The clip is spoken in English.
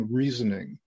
reasoning